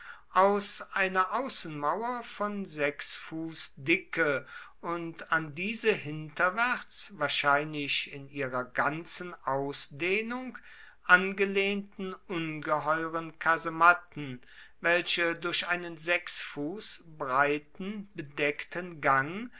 aus einer außenmauer von fuß dicke und an diese hinterwärts wahrscheinlich in ihrer ganzen ausdehnung angelehnten ungeheuren kasematten welche durch einen fuß breiten bedeckten gang